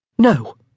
No